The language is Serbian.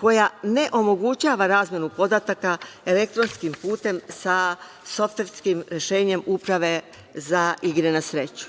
koja ne omogućava razmenu podataka elektronskim putem sa softverskim rešenjem Uprave za igru na sreću.